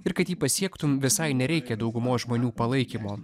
ir kad jį pasiektum visai nereikia daugumos žmonių palaikymo